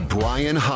Brian